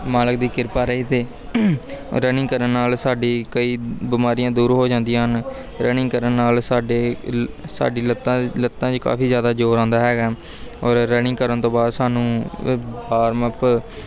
ਮਾਲਕ ਦੀ ਕਿਰਪਾ ਰਹੀ ਤਾਂ ਰਨਿੰਗ ਕਰਨ ਨਾਲ ਸਾਡੀ ਕਈ ਬਿਮਾਰੀਆਂ ਦੂਰ ਹੋ ਜਾਂਦੀਆਂ ਹਨ ਰਨਿੰਗ ਕਰਨ ਨਾਲ ਸਾਡੇ ਲੱ ਸਾਡੀ ਲੱਤਾਂ ਦੇ ਲੱਤਾਂ 'ਚ ਕਾਫੀ ਜ਼ਿਆਦਾ ਜੋਰ ਆਉਂਦਾ ਹੈਗਾ ਔਰ ਰਨਿੰਗ ਕਰਨ ਤੋਂ ਬਾਅਦ ਸਾਨੂੰ ਅ ਵਾਰਮਅਪ